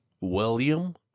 William